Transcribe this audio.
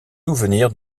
souvenir